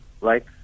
right